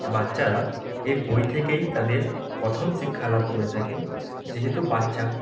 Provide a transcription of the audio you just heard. বাচ্চারা এ বই থেকেই তাদের প্রথম শিক্ষা লাভ করে থাকে যেহেতু বাচ্চা